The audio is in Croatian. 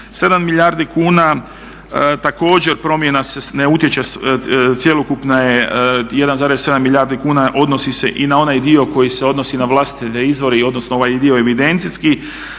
milijardi kuna. Također promjena … ne utječe, cjelokupna je 1,7 milijardi kuna, odnosi se i na onaj dio koji se odnosi na vlastite izvore i odnosno ovaj dio evidencijski,